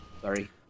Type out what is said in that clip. Sorry